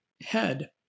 head